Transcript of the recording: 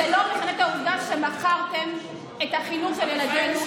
זה לא משנה את העובדה שמכרתם את החינוך של ילדינו,